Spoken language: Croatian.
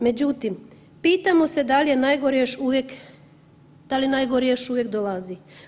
Međutim, pitamo se da li je najgore još, da li najgore još uvijek dolazi.